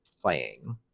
playing